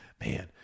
Man